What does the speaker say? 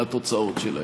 מה התוצאות שלהן.